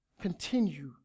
continue